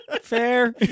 Fair